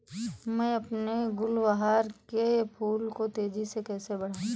मैं अपने गुलवहार के फूल को तेजी से कैसे बढाऊं?